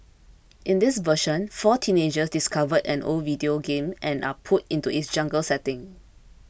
in this version four teenagers discover an old video game and are pulled into its jungle setting